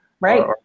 right